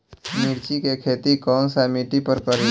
मिर्ची के खेती कौन सा मिट्टी पर करी?